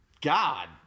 God